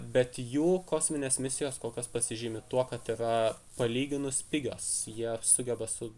bet jų kosminės misijos kol kas pasižymi tuo kad yra palyginus pigios jie sugeba su